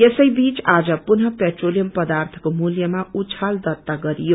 यसै बीच आज पुनः पेट्रोलीयम पदार्थको मूल्यमा उछल दत्ता गरियो